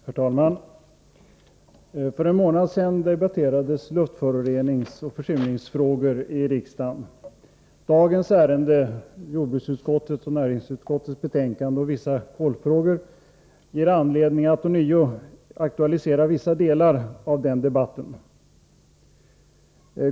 Herr talman! För en månad sedan debatterades luftföroreningsoch försurningsfrågor i riksdagen. Dagens ärende, jordbruksutskottets och näringsutskottets betänkanden om vissa kolfrågor, ger anledning att ånyo aktualisera vissa delar av den debatten.